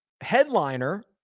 headliner